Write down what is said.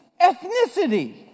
Ethnicity